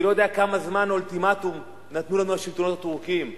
אני לא יודע כמה זמן נתנו לנו השלטונות הטורקים כאולטימטום,